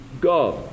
God